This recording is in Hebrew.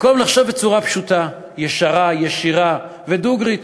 במקום לחשוב בצורה פשוטה, ישרה, ישירה ודוגרית